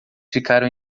ficaram